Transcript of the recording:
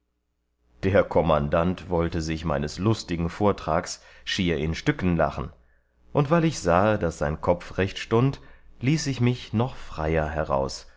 der kommandant wollte sich meines lustigen vortrags schier in stücken lachen und weil ich sahe daß sein kopf recht stund ließ ich mich noch freier heraus